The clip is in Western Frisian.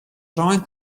rein